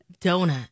donut